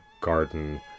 garden